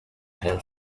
hell